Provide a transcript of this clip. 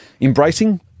embracing